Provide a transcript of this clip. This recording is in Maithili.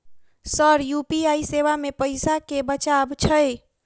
सर यु.पी.आई सेवा मे पैसा केँ बचाब छैय?